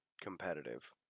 competitive